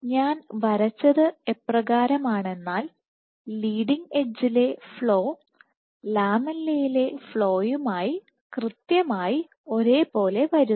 ഞാൻ വരച്ചത് എപ്രകാരമാണെന്നാൽ ലീഡിങ് എഡ്ജിലെ ഫ്ലോ ലാമെല്ലയിലെ ഫ്ലോയുമായി കൃത്യമായി ഒരേപോലെ വരുന്നു